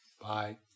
Bye